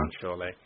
Surely